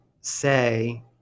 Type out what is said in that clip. say